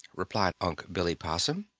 replied unc' billy possum.